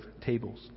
tables